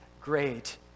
great